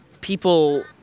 people